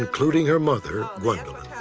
including her mother gwendolyn.